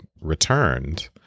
returned